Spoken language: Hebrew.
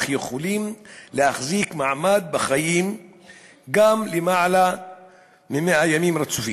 אך יכולים להחזיק מעמד בחיים גם למעלה מ-100 ימים רצופים.